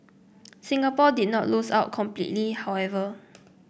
Singapore did not lose out completely however